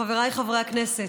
חבריי חברי הכנסת,